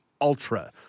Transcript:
ultra